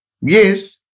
Yes